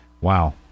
wow